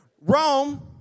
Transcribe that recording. Rome